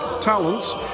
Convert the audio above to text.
talents